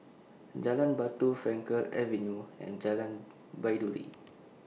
Jalan Batu Frankel Avenue and Jalan Baiduri